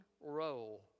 role